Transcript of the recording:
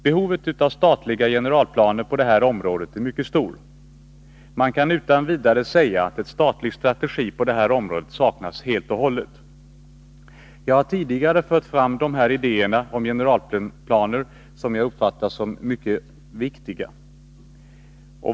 Behovet av statliga generalplaner på detta område är mycket stort. Man kan utan vidare säga att en statlig strategi helt och hållet saknas. Jag har tidigare år fört fram de här idéerna om generalplaner, som jag uppfattar som mycket viktiga.